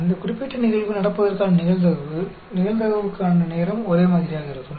அந்த குறிப்பிட்ட நிகழ்வு நடப்பதற்கான நிகழ்தகவு நிகழ்தகவுக்கான நேரம் ஒரே மாதிரியாக இருக்கும்